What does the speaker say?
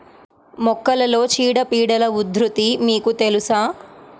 మొక్కలలో చీడపీడల ఉధృతి మీకు తెలుసా?